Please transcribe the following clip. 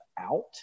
out